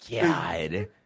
god